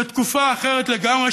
לתקופה אחרת לגמרי,